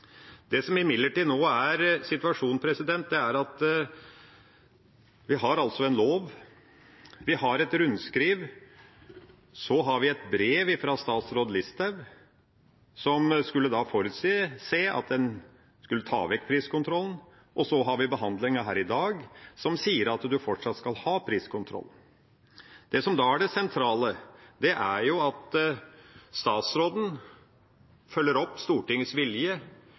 Det som imidlertid nå er situasjonen, er at vi har en lov, vi har et rundskriv, vi har et brev fra statsråd Listhaug, som forutsetter at en skulle ta vekk priskontrollen, og så har vi behandlinga her i dag, som sier at en fortsatt skal ha priskontrollen. Det som da er det sentrale, er at statsråden følger opp Stortingets vilje